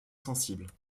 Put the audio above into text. sensibles